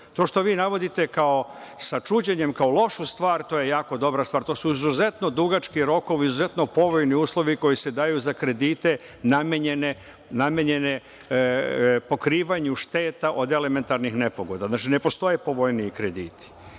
što vi navodite, kao sa čuđenjem, kao lošu stvar, to je jako dobra stvar, to su izuzetno dugački rokovi, izuzetno povoljni uslovi koji se daju za kredite, namenjene pokrivanju šteta od elementarnih nepogoda. Znači, ne postoje povoljniji krediti. On